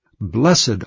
blessed